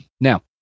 now